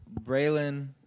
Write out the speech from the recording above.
Braylon